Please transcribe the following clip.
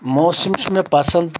موسم چھُ مےٚ پسنٛد